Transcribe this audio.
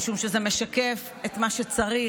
משום שזה משקף את מה שצריך,